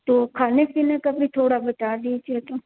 तो खाने पीने का भी थोड़ा बता दीजिए तो